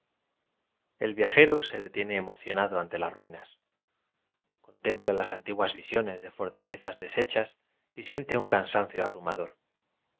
t viajero se detiene emocionado ante las ruinas contempla las antiguas visiones de for talezas deshechas y siente un cansancio abrumador